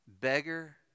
beggar